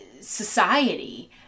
society